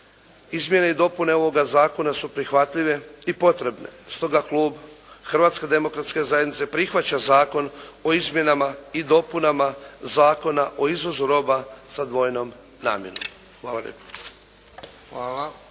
Izmjene i dopune ovoga zakona su prihvatljive i potrebne. Stoga klub Hrvatske demokratske zajednice prihvaća Zakon o izmjenama i dopunama Zakona o izvozu roba sa dvojnom namjenom. Hvala